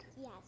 Yes